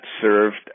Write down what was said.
served